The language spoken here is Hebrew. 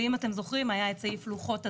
ואם אתם זוכרים, היה את סעיף לוחות הזמנים,